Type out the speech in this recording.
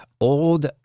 Old